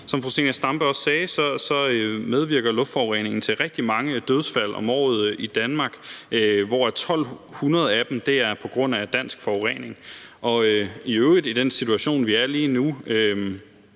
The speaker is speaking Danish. Som fru Zenia Stampe også sagde, så medvirker luftforureningen til rigtig mange dødsfald om året i Danmark, hvor 1.200 af dem er på grund af dansk forurening. Og i øvrigt i den situation, vi er i lige nu,